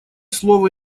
слово